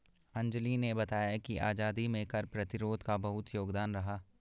अंजली ने बताया कि आजादी में कर प्रतिरोध का बहुत योगदान रहा